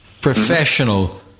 Professional